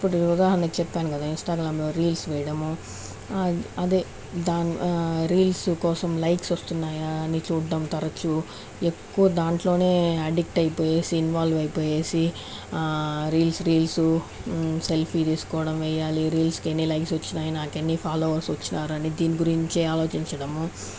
ఇప్పుడు ఉదాహరణకి చెప్పాను కదా ఇంస్టాగ్రాములో రీల్స్ వేయడము అదే దాన్ని రీల్స్ కోసం లైక్స్ వస్తున్నాయా అని చూడడం తరుచు ఎక్కువ దాంట్లోనే ఆడిట్ అయిపోయి ఇన్వాల్వ్ అయిపోయి రీల్స్ రీల్సు సెల్ఫీ తీసుకోవడం వేయాలి ఈ రీల్స్కి ఎన్ని లైక్స్ వచ్చాయి నాకు ఎన్ని ఫాలోవర్స్ వచ్చినారు దీనిగురించే ఆలోచించడము